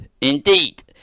Indeed